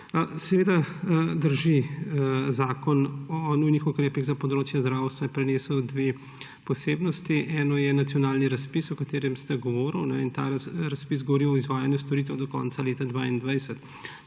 Drži, Zakon o nujnih ukrepih na področju zdravstva je prinesel dve posebnosti. Eno je nacionalni razpis, o katerem ste govorili, in ta razpis govori o izvajanju storitev do konca leta 2022.